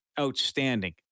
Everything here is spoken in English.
outstanding